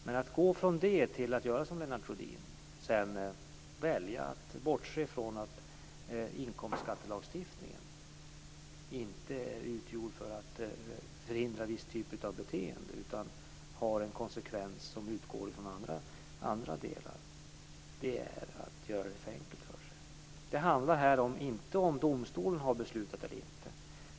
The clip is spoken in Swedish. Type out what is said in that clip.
Men att gå från det till att göra som Lennart Rohdin, välja att bortse från att inkomstskattelagstiftningen inte är gjord för att förhindra viss typ av beteende utan har en konsekvens som utgår från andra delar, är att göra det för enkelt för sig. Det handlar här inte om huruvida domstolen har beslutat eller inte.